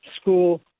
school